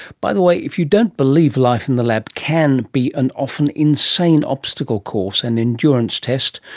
by the way, if you don't believe life in the lab can be an often insane obstacle course and endurance test,